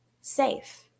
safe